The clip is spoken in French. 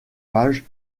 pages